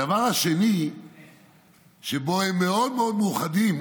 הדבר השני שבו הם מאוד מאוד מאוחדים